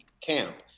camp